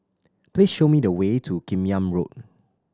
please show me the way to Kim Yam Road